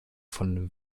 von